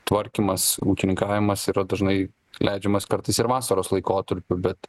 tvarkymas ūkininkavimas yra dažnai leidžiamas kartais ir vasaros laikotarpiu bet